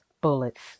bullets